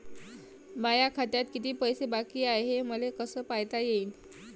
माया खात्यात किती पैसे बाकी हाय, हे मले कस पायता येईन?